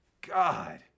God